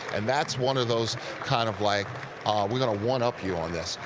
and that's one of those kind of like we're going to one up you on this.